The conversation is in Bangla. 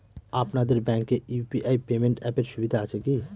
আপনাদের ব্যাঙ্কে ইউ.পি.আই পেমেন্ট অ্যাপের সুবিধা আছে কি?